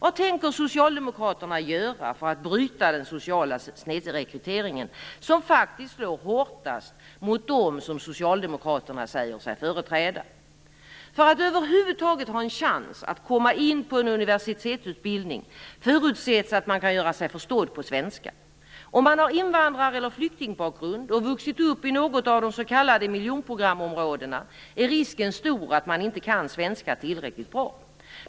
Vad tänker ni socialdemokrater göra för att bryta den sociala snedrekryteringen, som faktiskt slår hårdast mot dem som socialdemokraterna säger sig företräda? För att över huvud taget ha en chans att komma in på en universitetsutbildning förutsätts att man kan göra sig förstådd på svenska. Om man har invandrareller flyktingbakgrund och vuxit upp i något av de s.k. miljonprogramområdena är risken stor att man inte kan svenska tillräckligt bra.